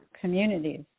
communities